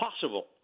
possible